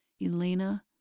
Elena